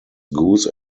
goose